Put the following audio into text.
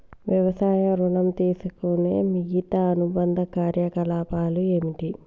వ్యవసాయ ఋణం తీసుకునే మిగితా అనుబంధ కార్యకలాపాలు ఏమిటి?